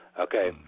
okay